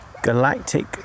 galactic